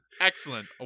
Excellent